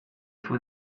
fue